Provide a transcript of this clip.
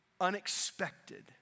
unexpected